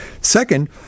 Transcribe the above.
Second